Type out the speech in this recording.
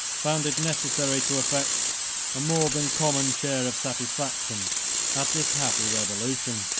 found it necessary to affect a more than common share of satisfaction at this happy revolution.